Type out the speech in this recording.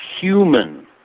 human